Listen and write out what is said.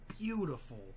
beautiful